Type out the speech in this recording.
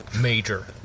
major